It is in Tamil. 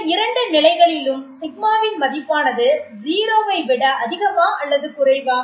இந்த இரண்டு நிலைகளிலும் σ வின் மதிப்பானது 0 ஐ விட அதிகமா அல்லது குறைவா